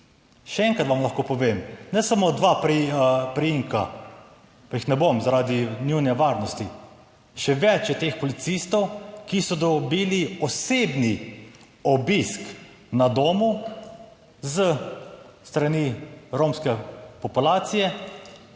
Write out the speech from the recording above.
Še enkrat vam lahko povem, ne samo dva priimka, pa jih ne bom zaradi njune varnosti, še več je teh policistov, ki so dobili osebni obisk na domu s strani romske populacije,